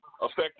affect